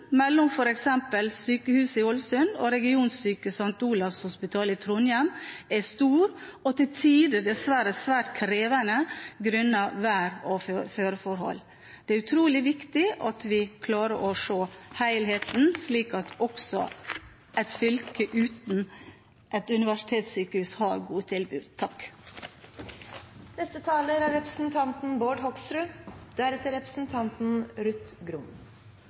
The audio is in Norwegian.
mellom f.eks. sykehuset i Ålesund og regionsykehuset St. Olavs hospital i Trondheim er stor og til tider dessverre svært krevende, grunnet vær- og føreforhold. Det er utrolig viktig at vi klarer å se helheten, slik at også et fylke uten et universitetssykehus har gode tilbud. Dette er